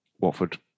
Watford